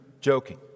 joking